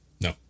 No